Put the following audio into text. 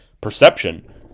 perception